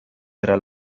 era